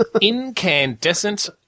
Incandescent